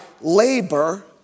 labor